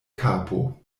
kapo